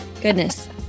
Goodness